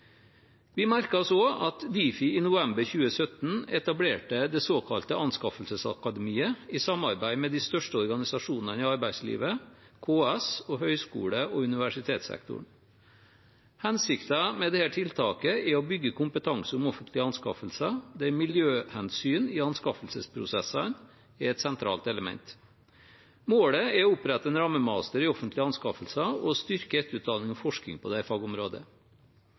Vi merker oss også at Difi i november 2017 etablerte det såkalte anskaffelsesakademiet, i samarbeid med de største organisasjonene i arbeidslivet, KS og høyskole- og universitetssektoren. Hensikten med dette tiltaket er å bygge kompetanse om offentlige anskaffelser, der miljøhensyn i anskaffelsesprosessene er et sentralt element. Målet er å opprette en rammemaster i offentlige anskaffelser og styrke etterutdanning og forskning på dette fagområdet.